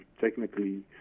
technically